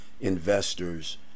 investors